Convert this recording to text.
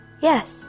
Yes